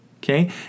okay